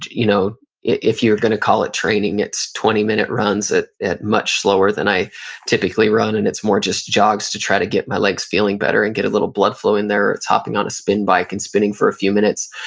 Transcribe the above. you know if you're gonna call it training, it's twenty minute runs at at much slower than i typically run, and it's more just jogs to try to get my legs feeling better and get a little blood flow in there, or it's hopping on a spin bike and spinning for a few minutes.